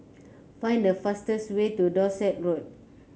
find the fastest way to Dorset Road